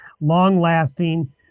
long-lasting